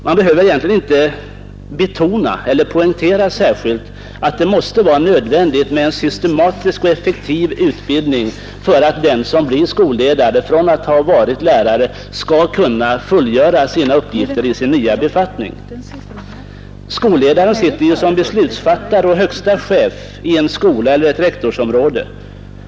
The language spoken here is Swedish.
Man behöver egentligen inte betona eller poängtera särskilt att det är nödvändigt med en systematisk och effektiv utbildning för att den som blir skolledare från att ha varit lärare skall kunna fullgöra sina uppgifter i sin nya befattning. Skolledaren sitter ju som beslutsfattare och högsta chef i en skola eller ett rektorsområde.